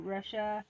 Russia